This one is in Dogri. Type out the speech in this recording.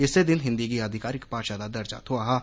इस्सै दिन हिंदी गी अधिकारिक भाषा दा दर्जा थ्होआ हा